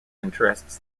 interests